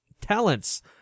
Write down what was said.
talents